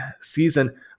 season